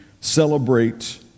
celebrate